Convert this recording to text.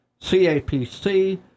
CAPC